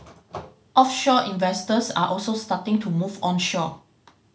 offshore investors are also starting to move onshore